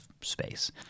space